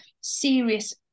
serious